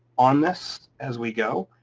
on this, as we go,